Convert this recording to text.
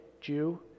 Jew